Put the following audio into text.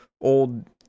old